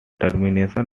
termination